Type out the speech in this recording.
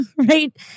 right